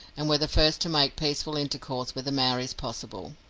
and were the first to make peaceful intercourse with the maoris possible.